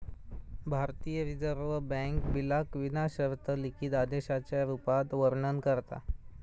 भारतीय reserve bank बिलाक विना शर्त लिखित आदेशाच्या रुपात वर्णन करता